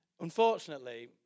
unfortunately